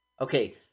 Okay